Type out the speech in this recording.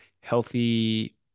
healthy